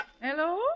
Hello